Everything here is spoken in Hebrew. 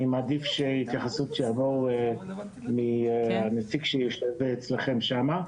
אני מעדיף התייחסות מהנציג שיושב אצלכם שם.